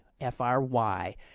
F-R-Y